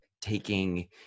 taking